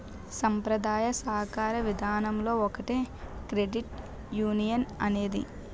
సాంప్రదాయ సాకార విధానంలో ఒకటే క్రెడిట్ యునియన్ అనేది